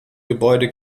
gebäude